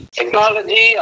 Technology